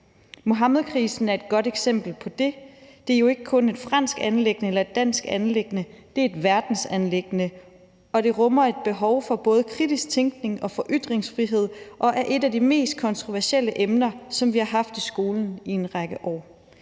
Muhammedkrisen er et fantastisk godt eksempel på det. Det er jo ikke kun et fransk anliggende eller et dansk anliggende, det er et verdensanliggende, og det rummer et behov for både kritisk tænkning og for ytringsfrihed og er et af de mest kontroversielle emner, som vi har haft i skolen i en række år.